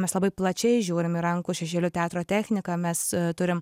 mes labai plačiai žiūrim į rankų šešėlių teatro techniką mes turim